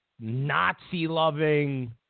Nazi-loving